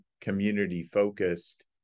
community-focused